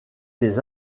des